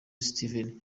steven